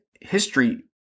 history